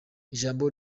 ijambo